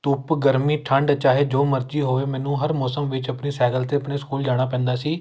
ਧੁੱਪ ਗਰਮੀ ਠੰਡ ਚਾਹੇ ਜੋ ਮਰਜ਼ੀ ਹੋਵੇ ਮੈਨੂੰ ਹਰ ਮੌਸਮ ਵਿੱਚ ਆਪਣੀ ਸਾਈਕਲ 'ਤੇ ਆਪਣੇ ਸਕੂਲ ਜਾਣਾ ਪੈਂਦਾ ਸੀ